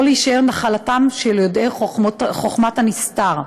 שלא יישאר נחלתם של יודעי חוכמת הנסתר.